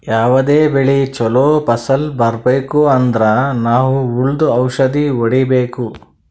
ಯಾವದೇ ಬೆಳಿ ಚೊಲೋ ಫಸಲ್ ಬರ್ಬೆಕ್ ಅಂದ್ರ ನಾವ್ ಹುಳ್ದು ಔಷಧ್ ಹೊಡಿಬೇಕು